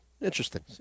interesting